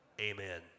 Amen